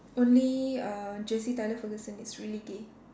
only uh Jesse Tyler Ferguson is really gay